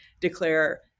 declare